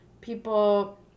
people